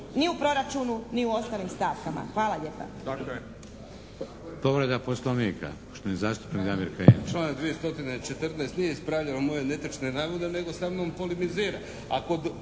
ni u proračunu ni u ostalim stavkama. Hvala lijepa.